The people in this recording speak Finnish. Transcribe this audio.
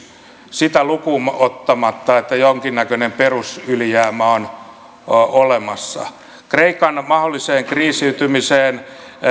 sitä lukuun ottamatta että jonkinnäköinen perusylijäämä on olemassa kreikan mahdolliseen kriisiytymiseen